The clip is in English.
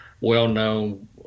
well-known